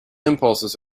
impulses